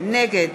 נגד